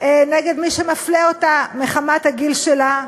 נגד מי שמפלה אותה מחמת הגיל שלה,